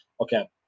Okay